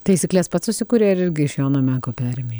taisykles pats susikurei ar irgi iš jono meko perėmei